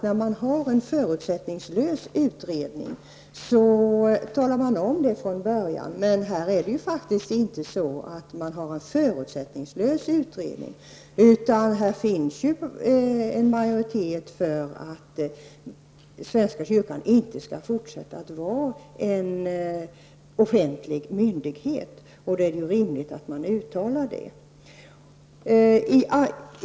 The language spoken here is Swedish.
När man har en förutsättningslös utredning talar man om det från början. Men här har man ju faktiskt inte en förutsättningslös utredning. Här finns en majoritet för att svenska kyrkan inte skall fortsätta att vara en offentlig myndighet. Det är då rimligt att man uttalar det.